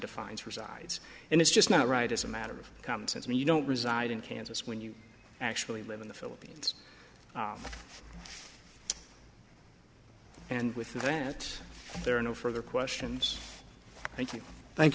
defiance resides and it's just not right as a matter of common sense and you don't reside in kansas when you actually live in the philippines and with that there are no further questions thank you thank